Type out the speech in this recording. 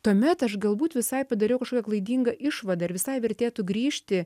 tuomet aš galbūt visai padariau kažkokią klaidingą išvadą ir visai vertėtų grįžti